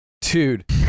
Dude